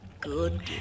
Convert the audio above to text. Good